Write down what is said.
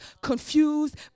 confused